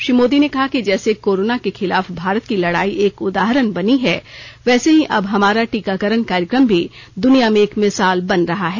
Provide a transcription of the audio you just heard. श्री मोदी ने कहा कि जैसे कोरोना के खिलाफ भारत की लड़ाई एक उदाहरण बनी है वैसे ही अब हमारा टीकाकरण कार्यक्रम भी द्निया में एक मिसाल बन रहा है